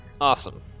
Awesome